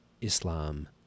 Islam